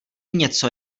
něco